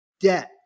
debt